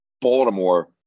Baltimore